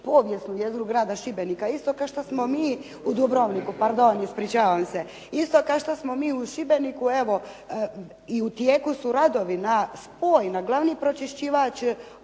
povijesnu jezgru grada Šibenika, isto kao što smo mi, u Dubrovniku, pardon, ispričavam se, isto kao što smo mi u Šibeniku. Evo i u tijeku su radovi na spoj na glavni pročiščivač,